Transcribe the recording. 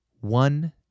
One